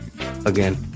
again